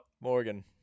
Morgan